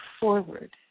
forward